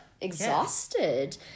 exhausted